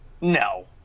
No